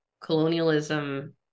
colonialism